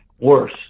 worse